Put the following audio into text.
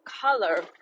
color